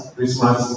Christmas